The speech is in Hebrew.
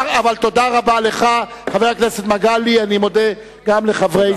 אבל תודה רבה לך, חבר הכנסת מגלי, תודה.